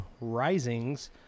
Risings